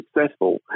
successful